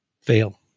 fail